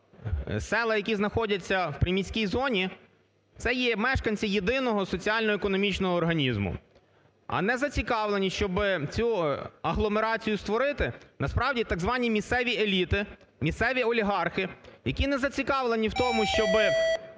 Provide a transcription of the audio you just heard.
села, які знаходяться в приміській зоні, це є мешканці єдиного соціально-економічного організму. А не зацікавлені, щоби цю агломерацію створити, насправді, так звані місцеві еліти, місцеві олігархи, які не зацікавлені в тому, щоби…